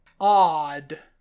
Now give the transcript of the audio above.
odd